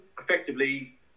effectively